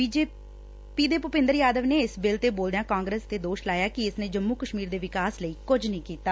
BJP ਦੇ ਭੁਪੰਦਰ ਯਾਦਵ ਨੇ ਇਸ ਬਿੱਲ ਤੇ ਬੋਲਦਿਆ ਕਾਗਰਸ ਤੇ ਦੋਸ ਲਾਇਆ ਕਿ ਇਸ ਨੇ ਜੰਮੁ ਕਸ਼ਮੀਰ ਦੇ ਵਿਕਾਸ ਲਈ ਕੁਝ ਨਹੀ ਕੀਤਾ